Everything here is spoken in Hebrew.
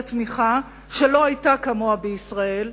לתמיכה שלא היתה כמוה בישראל,